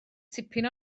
tipyn